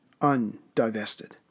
undivested